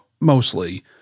Mostly